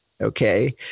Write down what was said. Okay